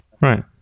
Right